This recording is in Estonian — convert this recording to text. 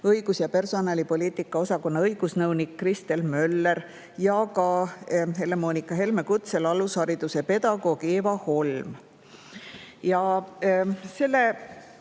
õigus‑ ja personalipoliitika osakonna õigusnõunik Kristel Möller ja Helle-Moonika Helme kutsel ka alushariduse pedagoog Eeva Holm. Ja selle